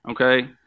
okay